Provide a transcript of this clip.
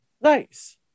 Nice